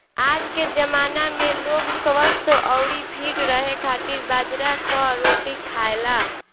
आजके जमाना में लोग स्वस्थ्य अउरी फिट रहे खातिर बाजरा कअ रोटी खाएला